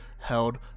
held